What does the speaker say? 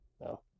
No